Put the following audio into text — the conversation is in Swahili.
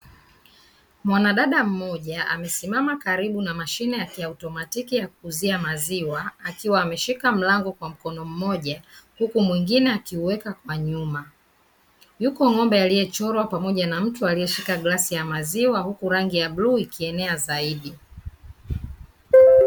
Mwanadada mmoja amesimama karibu na mashine ya kiautomatiki ya kuuzia maziwa akiwa ameshika mlango kwa mkono mmoja huku mwingine akiuweka kwa nyuma, yuko ng'ombe aliyechorwa pamoja na mtu aliyeshika glasi ya maziwa huku rangi ya buluu ikienea zaidi.